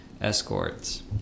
escorts